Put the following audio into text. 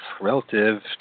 relative